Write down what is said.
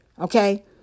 Okay